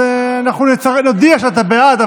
מי נגד?